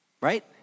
Right